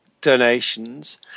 donations